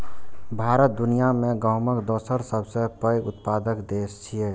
भारत दुनिया मे गहूमक दोसर सबसं पैघ उत्पादक देश छियै